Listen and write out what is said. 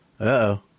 Uh-oh